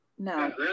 No